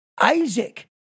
isaac